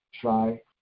try